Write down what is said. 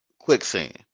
quicksand